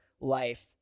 life